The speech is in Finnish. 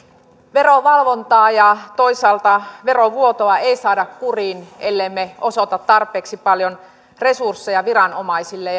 verovalvontaa ja toisaalta verovuotoa ei saada kuriin ellemme osoita tarpeeksi paljon resursseja viranomaisille